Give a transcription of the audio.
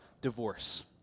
divorce